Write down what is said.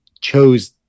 chose